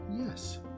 Yes